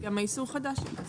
זה גם איסור חדש יחסית.